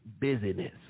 Busyness